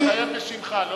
תתחייב בשמך לא בשמי.